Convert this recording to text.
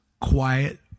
quiet